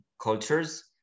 cultures